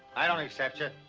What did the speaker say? i don't accept you.